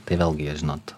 tai vėlgi žinot